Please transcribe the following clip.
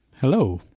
Hello